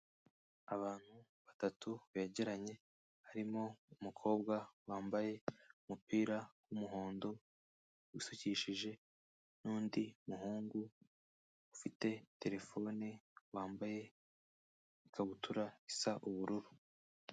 Abantu batatu begeranye harimo umukobwa wambaye umupira w'umuhondo usukikije. n'undi muhungu ufite terefone, wambaye ikabutura isa ubururu.